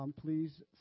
please